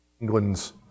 England's